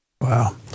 Wow